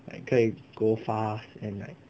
like 可以 go fast and like